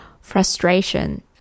frustration